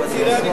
צעירי הליכוד,